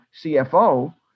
CFO